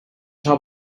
top